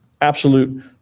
absolute